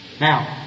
Now